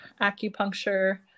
acupuncture